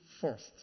first